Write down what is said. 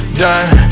done